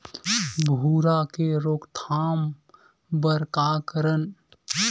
भूरा के रोकथाम बर का करन?